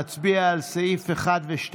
נצביע על סעיפים 1 ו-2 כנוסח הוועדה.